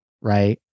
right